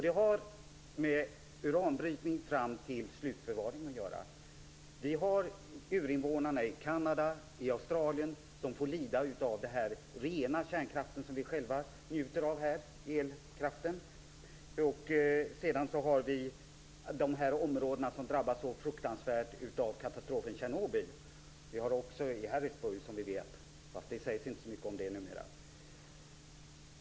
Det har med uranbrytning fram till slutförvaring att göra. Vi har urinvånarna i Kanada och Australien, som får lida av den rena kärnkraften som vi själva njuter av här - elkraften. Sedan har vi områdena som har drabbats så fruktansvärt av katastrofen i Tjernobyl. Vidare har vi Harrisburg, som vi vet, fast den olyckan sägs det inte så mycket om numera.